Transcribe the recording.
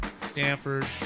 Stanford